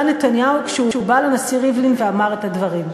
נתניהו כשהוא בא לנשיא ריבלין ואמר את הדברים?